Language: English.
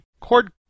cord